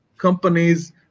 companies